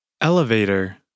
Elevator